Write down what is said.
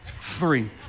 three